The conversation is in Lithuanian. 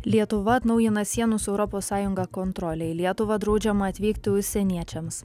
lietuva atnaujina sienų su europos sąjunga kontrolę į lietuvą draudžiama atvykti užsieniečiams